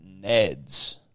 Neds